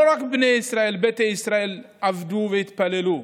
לא רק בני ישראל, ביתא ישראל, עבדו והתפללו,